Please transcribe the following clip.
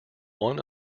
one